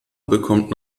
bekommt